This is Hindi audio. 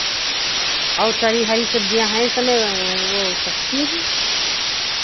और सारी हरी सब्ज़ियाँ हैं इस समय वो सस्ती हैं